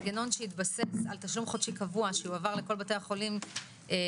המנגנון שהתבסס על תשלום חודשי קבוע שיועבר לכל בתי החולים ציבורי,